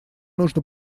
нужно